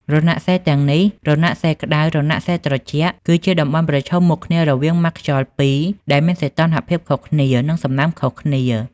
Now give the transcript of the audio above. រណសិរ្សទាំងនេះ រណសិរ្សក្តៅ រណសិរ្សត្រជាក់ គឺជាតំបន់ប្រឈមមុខគ្នារវាងម៉ាស់ខ្យល់ពីរដែលមានសីតុណ្ហភាព និងសំណើមខុសគ្នា។